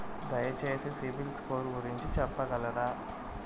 దయచేసి సిబిల్ స్కోర్ గురించి చెప్పగలరా?